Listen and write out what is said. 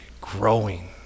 growing